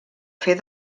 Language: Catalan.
fer